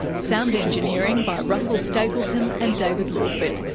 sound engineering by russell stapleton and david lawford,